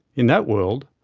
in that world,